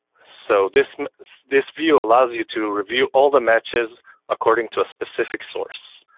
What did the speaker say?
so this this view allows you to review all the matches according to a specific source.